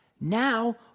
Now